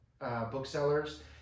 booksellers